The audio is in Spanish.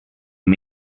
man